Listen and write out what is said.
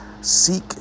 seek